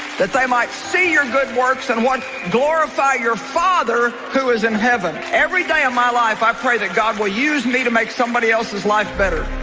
that they might see your good works and what glorify your father who is and heaven every day of my life i pray that god will use me to make somebody else's life better